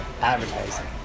advertising